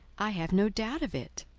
i have no doubt of it,